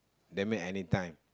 that mean any time